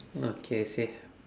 okay say